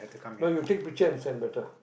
no you take picture and send better